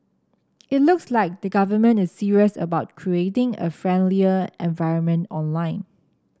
it looks like the government is serious about creating a friendlier environment online